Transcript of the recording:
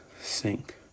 sink